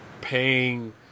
paying